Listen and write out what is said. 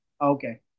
Okay